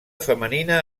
femenina